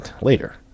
later